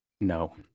No